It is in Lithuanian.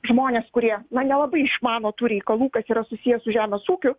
žmonės kurie na nelabai išmano tų reikalų kas yra susiję su žemės ūkiu